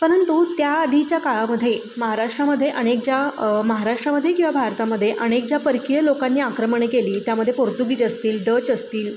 परंतु त्या आधीच्या काळामध्ये महाराष्ट्रामध्ये अनेक ज्या महाराष्ट्रामध्ये किंवा भारतामध्ये अनेक ज्या परकीय लोकांनी आक्रमणे केली त्यामध्ये पोर्तुगीज असतील डच असतील